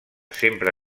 sempre